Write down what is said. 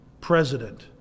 president